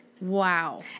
Wow